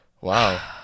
wow